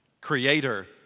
creator